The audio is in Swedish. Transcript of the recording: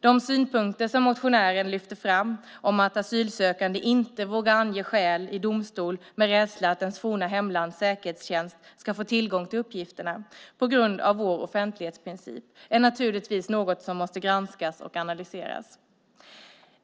De synpunkter som motionären lyfter fram om att asylsökande inte vågar ange skäl i domstol av rädsla för att ens forna hemlands säkerhetstjänst ska få tillgång till uppgifterna på grund av vår offentlighetsprincip är naturligtvis något som måste granskas och analyseras.